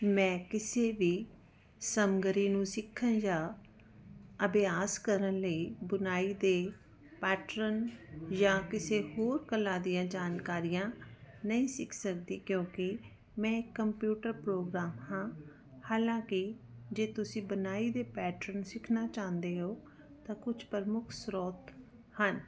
ਮੈਂ ਕਿਸੇ ਵੀ ਸੰਗਰੀ ਨੂੰ ਸਿੱਖਣ ਜਾਂ ਅਭਿਆਸ ਕਰਨ ਲਈ ਬੁਨਾਈ ਦੇ ਪੈਟਰਨ ਜਾਂ ਕਿਸੇ ਹੋਰ ਕਲਾ ਦੀਆਂ ਜਾਣਕਾਰੀਆਂ ਨਹੀਂ ਸਿੱਖ ਸਕਦੀ ਕਿਉਂਕਿ ਮੈਂ ਕੰਪਿਊਟਰ ਪ੍ਰੋਗਰਾਮ ਹਾਂ ਹਾਲਾਂਕਿ ਜੇ ਤੁਸੀਂ ਬੁਨਾਈ ਦੇ ਪੈਟਰਨ ਸਿੱਖਣਾ ਚਾਹੁੰਦੇ ਹੋ ਤਾਂ ਕੁਝ ਪ੍ਰਮੁੱਖ ਸਰੋਤ ਹਨ